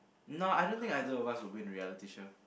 no I don't think either of us will win reality show